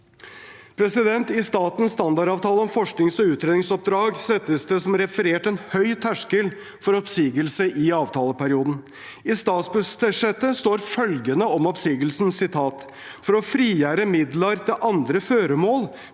konsekvenser. I statens standardavtale om forsknings- og utredningsoppdrag settes det som referert en høy terskel for oppsigelse i avtaleperioden. I statsbudsjettet står følgende om oppsigelsen: «For å frigjere midlar til andre føremål